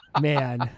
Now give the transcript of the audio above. Man